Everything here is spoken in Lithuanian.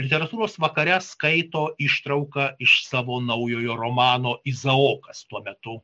literatūros vakare skaito ištrauką iš savo naujojo romano izaokas tuo metu